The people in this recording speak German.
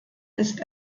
ist